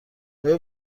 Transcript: آیا